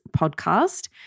podcast